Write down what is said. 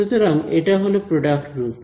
সুতরাং এটা হল প্রোডাক্ট রুল